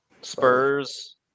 Spurs